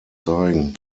zeigen